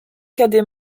cadet